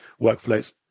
workflows